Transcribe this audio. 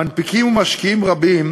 מנפיקים ומשקיעים רבים